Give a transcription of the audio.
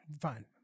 Fine